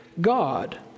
God